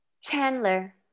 Chandler